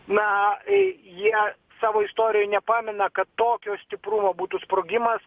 na jie savo istorijoj nepamena kad tokio stiprumo būtų sprogimas